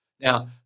Now